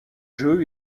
jeux